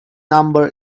number